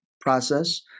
process